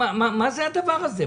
מה זה הדבר הזה?